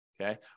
Okay